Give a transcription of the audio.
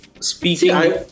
speaking